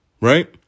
right